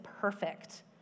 perfect